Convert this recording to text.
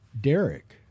Derek